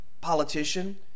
politician